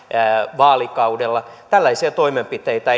vaalikaudella tällaisia toimenpiteitä